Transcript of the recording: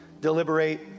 deliberate